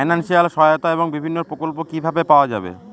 Financial সহায়তা এবং বিভিন্ন প্রকল্প কিভাবে পাওয়া যাবে?